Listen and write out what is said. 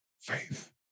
faith